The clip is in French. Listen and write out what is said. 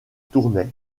tournai